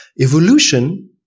Evolution